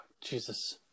Jesus